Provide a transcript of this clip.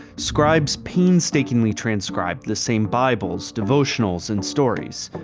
scribes painstakingly transcribed the same bibles, devotionals, and stories.